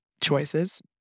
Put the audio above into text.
choices